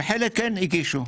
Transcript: וחלק כן הגישו.